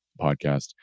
podcast